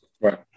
Right